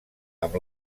amb